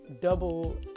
double